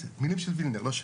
מילים של וילנר, לא שלי.